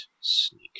sneak